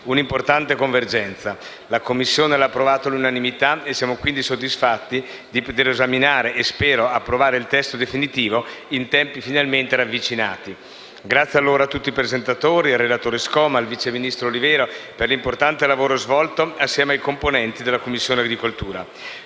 un'importante convergenza. La Commissione ha approvato il provvedimento all'unanimità e siamo quindi soddisfatti di poter esaminare e - spero - approvare il testo definitivo in tempi finalmente ravvicinati. Ringrazio quindi tutti i presentatori, il relatore Scoma e il vice ministro Olivero per l'importante lavoro svolto insieme ai componenti della Commissione agricoltura